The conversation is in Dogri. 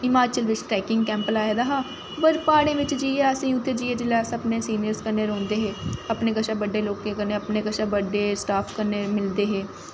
हिमाचल बिच्च ट्रैकिंग कैंप लाए दा हा पर प्हाड़ें बिच्च जाइयै असेंगी उत्थै जाइयै जिसलै सिनियरस कन्नै रौंह्दे हे अपने कशा बड्डे लोकें कन्नै अपने कशा बड्डे स्टाफ कन्नै